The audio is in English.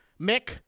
Mick